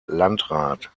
landrat